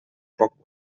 poc